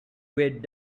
weighted